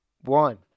one